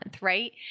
right